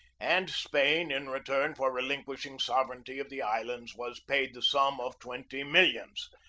and spain, in return for relinquishing sovereignty of the islands, was paid the sum of twenty millions.